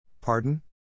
Pardon